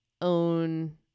own